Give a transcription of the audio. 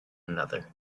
another